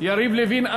יריב לוין.